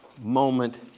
moment